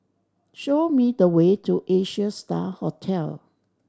show me the way to Asia Star Hotel